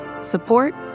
support